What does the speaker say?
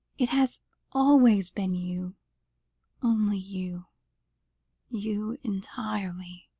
it has always been you only you you entirely,